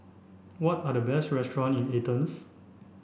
what are the best restaurant in Athens